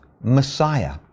Messiah